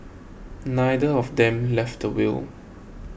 neither of them left a will